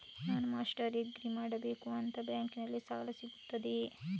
ನಾನು master degree ಮಾಡಬೇಕು, ನಿಮ್ಮ ಬ್ಯಾಂಕಲ್ಲಿ ಸಾಲ ಸಿಗುತ್ತದೆಯೇ?